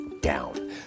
down